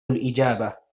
الإجابة